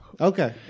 Okay